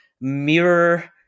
mirror